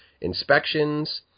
inspections